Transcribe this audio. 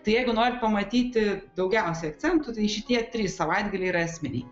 tai jeigu norit pamatyti daugiausiai akcentų tai šitie trys savaitgaliai yra esminiai